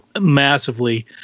massively